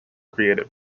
created